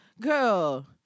girl